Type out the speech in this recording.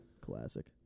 Classic